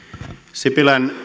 sipilän